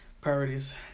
priorities